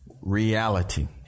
Reality